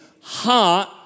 Heart